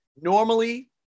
normally